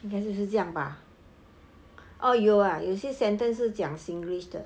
因该就是这样吧 oh 有啊有些 sentence 是讲 singlish 的